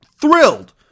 thrilled